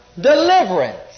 Deliverance